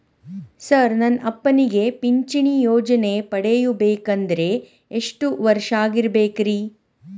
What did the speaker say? Sir ನನ್ನ ಅಪ್ಪನಿಗೆ ಪಿಂಚಿಣಿ ಯೋಜನೆ ಪಡೆಯಬೇಕಂದ್ರೆ ಎಷ್ಟು ವರ್ಷಾಗಿರಬೇಕ್ರಿ?